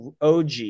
og